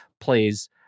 plays